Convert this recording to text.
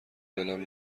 دلم